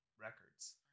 records